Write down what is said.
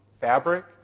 fabric